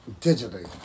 digitally